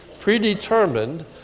predetermined